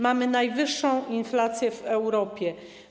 Mamy najwyższą inflację w Europie.